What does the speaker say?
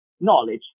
knowledge